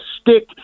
stick